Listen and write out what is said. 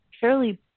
fairly